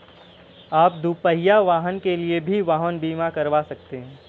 आप दुपहिया वाहन के लिए भी वाहन बीमा करवा सकते हैं